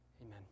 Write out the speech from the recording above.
Amen